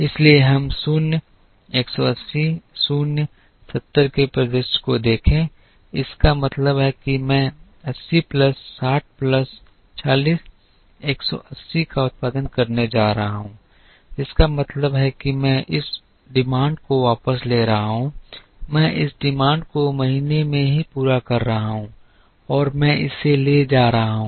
इसलिए हम 0 180 0 70 के परिदृश्य को देखें इसका मतलब है कि मैं 80 प्लस 60 प्लस 40 180 का उत्पादन करने जा रहा हूं जिसका मतलब है कि मैं इस मांग को वापस ले रहा हूं मैं इस मांग को महीने में ही पूरा कर रहा हूं और मैं इसे ले जा रहा हूं